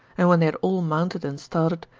and when they had all mounted and started,